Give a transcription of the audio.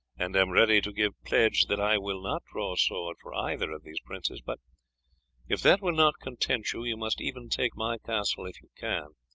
and am ready to give pledge that i will not draw sword for either of these princes but if that will not content you, you must even take my castle if you can,